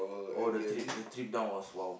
oh the trip the trip down was !wow!